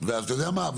ואתה יודע מה?